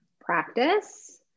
practice